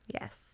Yes